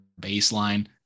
baseline